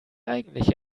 eigentlich